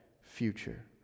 future